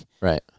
Right